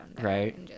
Right